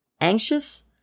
anxious